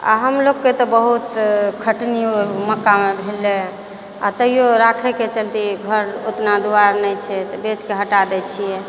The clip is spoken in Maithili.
आ हमलोगकेँ तऽ बहुत खटनी मक्कामे भेलै आ तैयो राखयके चलते घर उतना दुआरि नहि छै तऽ बेच कऽ हटा दै छियै